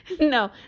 no